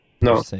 no